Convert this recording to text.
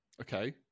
Okay